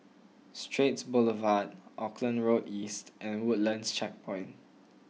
Straits Boulevard Auckland Road East and Woodlands Checkpoint